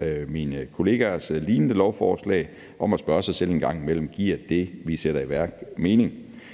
i mine kollegaers lignende lovforslag – at spørge sig selv en gang imellem: Giver det, vi sætter i værk, mening?